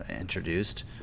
introduced